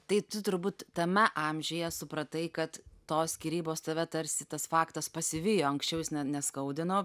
tai tu turbūt tame amžiuje supratai kad tos skyrybos tave tarsi tas faktas pasivijo anksčiau jis ne neskaudino